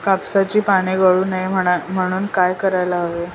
कापसाची पाने गळू नये म्हणून काय करायला हवे?